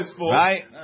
Right